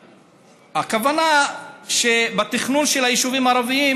הכוונה בתכנון של היישובים הערביים